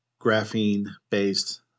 graphene-based